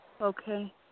Okay